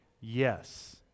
Yes